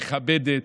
מכבדת,